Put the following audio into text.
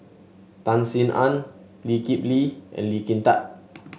Tan Sin Aun Lee Kip Lee and Lee Kin Tat